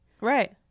Right